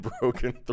broken